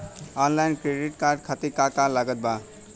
Online credit card खातिर का का लागत बा?